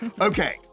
Okay